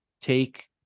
Take